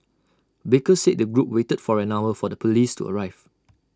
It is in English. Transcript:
baker said the group waited for an hour for the Police to arrive